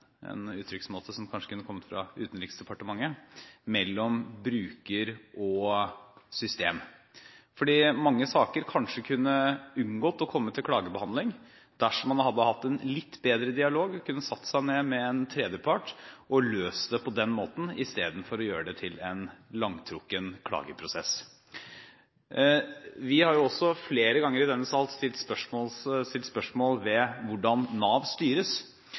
en uttrykksmåte som kanskje kunne kommet fra Utenriksdepartementet, mellom bruker og system. Mange saker kunne kanskje unngått å komme til klagebehandling dersom man hadde hatt en litt bedre dialog – man kunne satt seg ned med en tredjepart og løst det på den måten istedenfor å gjøre det til en langtrukken klageprosess. Vi har flere ganger i denne sal stilt spørsmål ved hvordan Nav styres.